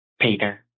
Peter